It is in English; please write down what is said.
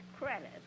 credit